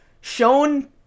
shown